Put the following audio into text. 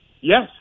Yes